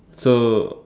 so